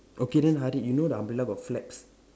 okay then Harid you know the umbrella got flags